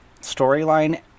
storyline